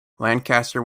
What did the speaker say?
lancaster